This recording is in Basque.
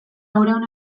laurehun